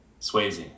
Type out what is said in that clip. Swayze